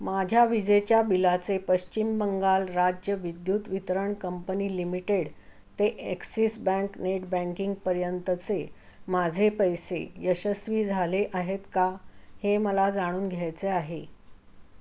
माझ्या विजेच्या बिलाचे पश्चिम बंगाल राज्य विद्युत वितरण कंपनी लिमिटेड ते ॲक्सिस बँक नेट बँकिंगपर्यंतचे माझे पैसे यशस्वी झाले आहेत का हे मला जाणून घ्यायचे आहे